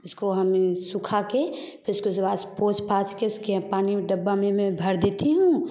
उसको हम सूखा के फिर उसको पोछ पाछ के उसके पानी में डब्बा में मैं भर देती हूँ